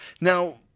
Now